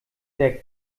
der